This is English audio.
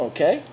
Okay